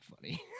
funny